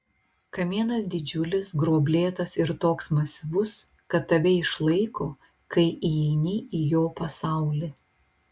kamienas didžiulis gruoblėtas ir toks masyvus kad tave išlaiko kai įeini į jo pasaulį